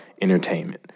entertainment